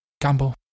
gamble